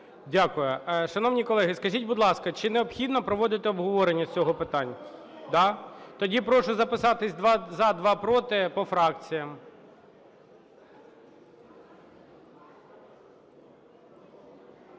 Дякую. Шановні колеги, скажіть, будь ласка, чи необхідно проводити обговорення з цього питання? Да. Тоді прошу записатися: два – за, два – проти по фракціям.